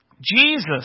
Jesus